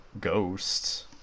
ghosts